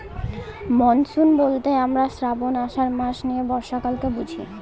monsoon বলতে আমরা শ্রাবন, আষাঢ় মাস নিয়ে বর্ষাকালকে বুঝি